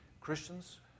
Christians